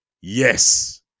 Yes